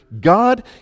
God